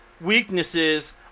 weaknesses